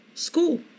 School